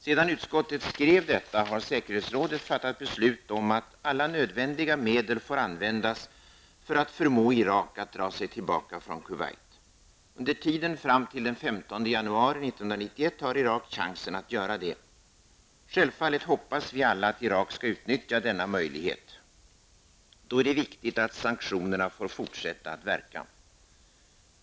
Sedan utskottet skrev detta har säkerhetsrådet fattat beslut om att alla nödvändiga medel får användas för att förmå Irak att dra sig tillbaka från har Irak chansen att göra det. Självfallet hoppas vi alla att Irak skall utnyttja denna möjlighet. Då är det viktigt att sanktionerna får fortsätta att verka.